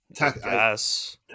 Yes